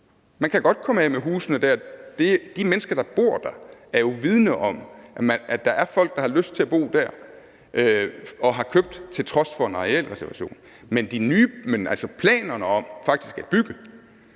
Man kan godt komme af med husene der. De mennesker, der bor der, er jo vidende om, at der er folk, der har lyst til at bo der, og har købt til trods for en arealreservation. Men planerne om faktisk at bygge